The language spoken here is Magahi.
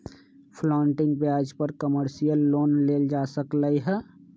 फ्लोटिंग ब्याज पर कमर्शियल लोन लेल जा सकलई ह